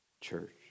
church